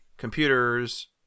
Computers